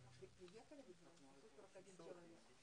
היערכות משרד הבריאות לקליטת רופאים עולים חדשים ותושבים